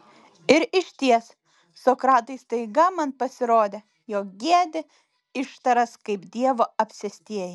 ir išties sokratai staiga man pasirodė jog giedi ištaras kaip dievo apsėstieji